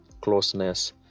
closeness